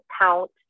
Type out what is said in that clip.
count